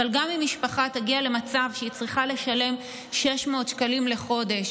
אבל גם אם משפחה תגיע למצב שהיא צריכה לשלם 600 שקלים לחודש,